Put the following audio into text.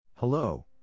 Hello